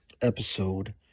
episode